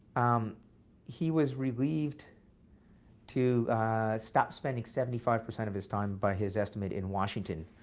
um he was relieved to stop spending seventy five percent of his time, by his estimate, in washington.